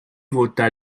vota